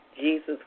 Jesus